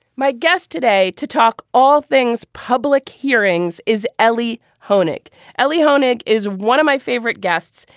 my guest today to talk all things public hearings is elie hoenig elie hoenig is one of my favorite guests.